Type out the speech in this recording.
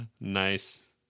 Nice